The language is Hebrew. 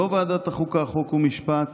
לא ועדת חוקה חוק ומשפט